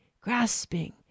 grasping